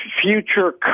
future